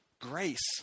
grace